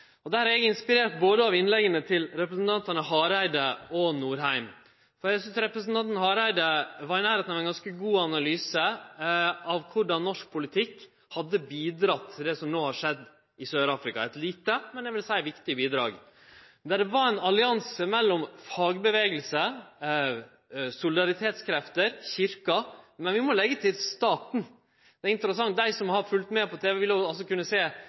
oss. Der er eg inspirert av innlegga til representantane Hareide og Norheim. Eg synest representanten Hareide var i nærleiken av ein ganske god analyse av korleis norsk politikk hadde bidratt til det som har skjedd i Sør-Afrika – eit lite, men viktig bidrag, vil eg seie. Der var det ein allianse mellom fagrørsle, solidaritetskrefter og kyrkja, men vi må òg leggje til staten. Det er interessant. Dei som har følgt med på